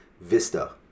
Vista